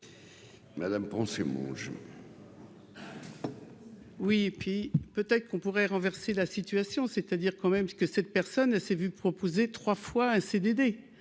Madame mon jeu. Oui, et puis peut-être qu'on pourrait renverser la situation, c'est-à-dire quand même ce que cette personne ne s'est vu proposer 3 fois un CDD,